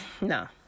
no